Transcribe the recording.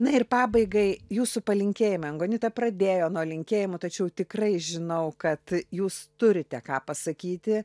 na ir pabaigai jūsų palinkėjimai angonita pradėjo nuo linkėjimų tačiau tikrai žinau kad jūs turite ką pasakyti